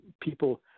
people